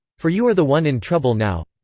for you are the one in trouble now!